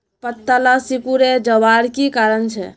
पत्ताला सिकुरे जवार की कारण छे?